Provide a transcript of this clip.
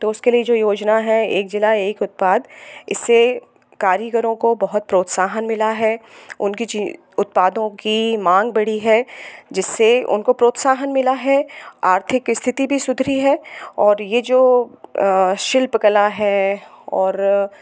तो उसके लिए जो योजना है एक ज़िला एक उत्पाद इससे कारीगरों को बहुत प्रोत्साहन मिला है उनके उत्पादों की मांग बड़ी है जिससे उनको प्रोत्साहन मिला है आर्थिक स्थिति भी सुधरी है और यह जो शिल्प कला है और